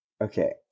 Okay